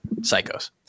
psychos